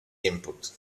input